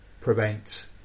prevent